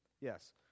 yes